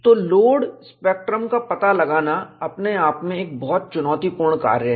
तो load spectrum का पता लगाना अपने आप में एक बहुत चुनौतीपूर्ण कार्य है